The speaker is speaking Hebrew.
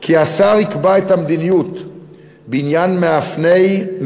כי השר יקבע את המדיניות בעניין מאפייני